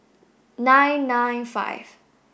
nine nine five